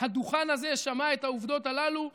הדוכן הזה שמע את העובדות הללו.